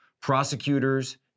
prosecutors